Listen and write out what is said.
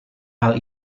hal